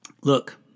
Look